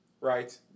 right